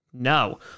No